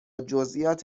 جزئیات